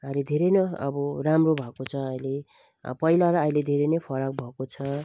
अहिले धेरै नै अब राम्रो भएको छ अहिले अब पहिला र अहिले धेरै नै फरक भएको छ